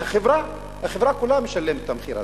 החברה, החברה כולה משלמת את המחיר הזה.